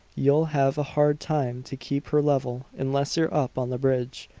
you'll have a hard time to keep her level unless you're up on the bridge.